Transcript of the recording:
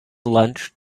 lunch